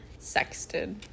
Sexted